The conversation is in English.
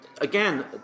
again